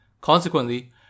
Consequently